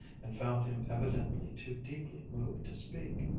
and found him evidently too deeply moved to speak.